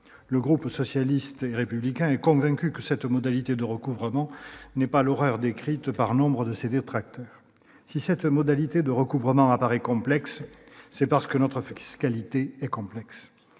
Le groupe socialiste et républicain est convaincu que cette modalité de recouvrement n'est pas l'horreur décrite par nombre de ses détracteurs. Si cette modalité de recouvrement apparaît complexe, c'est parce que notre fiscalité est complexe.